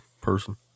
person